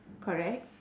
correct